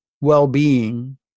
well-being